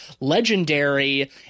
legendary